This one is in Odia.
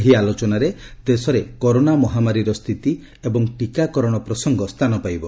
ଏହି ଆଲୋଚନାରେ ଦେଶରେ କରୋନା ମହାମାରୀର ସ୍ଥିତି ଏବଂ ଟିକାକରଣ ପ୍ରସଙ୍ଗ ସ୍ଥାନ ପାଇବ